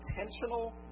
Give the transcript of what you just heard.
intentional